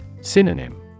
Synonym